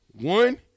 One